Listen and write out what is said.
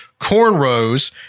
cornrows